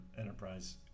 enterprise